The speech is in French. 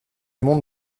monde